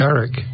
Eric